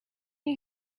you